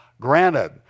granted